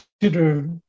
consider